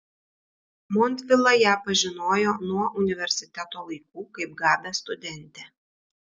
montvila ją pažinojo nuo universiteto laikų kaip gabią studentę